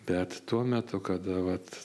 bet tuo metu kada vat